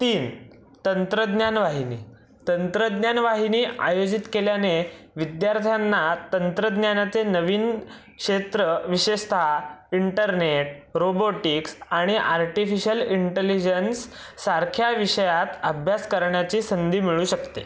तीन तंत्रज्ञान वाहिनी तंत्रज्ञान वाहिनी आयोजित केल्याने विद्यार्थ्यांना तंत्रज्ञानाचे नवीन क्षेत्र विशेषत इंटरनेट रोबोटिक्स आणि आर्टीफिशल इंटलिजन्स सारख्या विषयात अभ्यास करण्याची संधी मिळू शकते